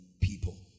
people